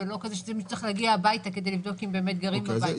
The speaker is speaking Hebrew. ולא כזה שמישהו צריך להגיע הביתה כדי לבדוק אם באמת גרים בבית או לא.